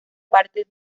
parte